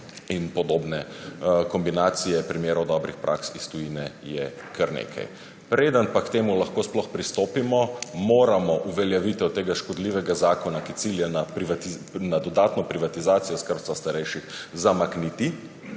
in podobne kombinacije. Primerov dobrih praks iz tujine je kar nekaj. Preden pa k temu lahko sploh pristopimo, moramo uveljavitev tega škodljivega zakona, ki cilja na dodatno privatizacijo skrbstva starejših, zamakniti,